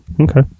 Okay